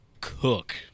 cook